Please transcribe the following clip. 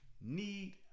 need